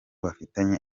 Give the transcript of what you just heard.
bafitanye